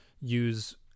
use